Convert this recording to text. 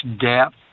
depth